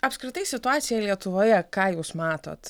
apskritai situacija lietuvoje ką jūs matot